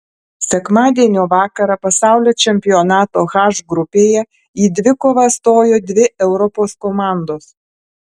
sekmadienio vakarą pasaulio čempionato h grupėje į dvikovą stojo dvi europos komandos